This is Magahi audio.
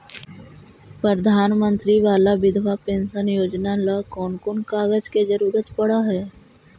प्रधानमंत्री बाला बिधवा पेंसन योजना ल कोन कोन कागज के जरुरत पड़ है?